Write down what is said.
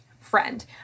friend